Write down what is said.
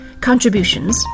contributions